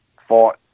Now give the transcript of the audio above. fought